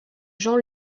jean